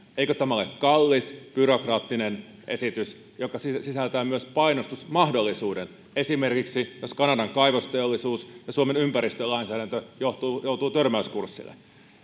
eikö tämä ole kallis byrokraattinen esitys joka sisältää myös painostusmahdollisuuden esimerkiksi jos kanadan kaivosteollisuus ja suomen ympäristölainsäädäntö joutuvat törmäyskurssille